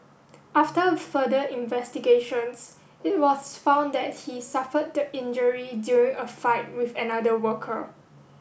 after further investigations it was found that he suffered the injury during a fight with another worker